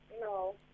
No